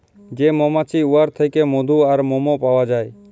যে মমাছি উয়ার থ্যাইকে মধু আর মমও পাউয়া যায়